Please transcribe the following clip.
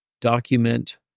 document